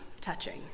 touching